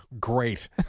great